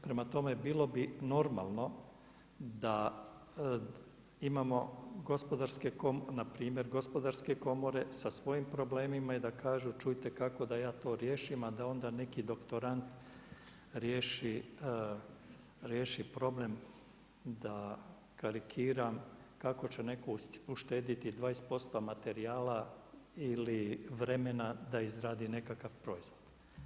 Prema tome, bilo bi normalno da imamo na primjer gospodarske komore sa svojim problemima i da kažu čujte kako da ja to riješim a da onda neki doktorand riješi problem da karikiram da kako će netko uštedjeti 20% materijala ili vremena da izradi nekakav proizvod.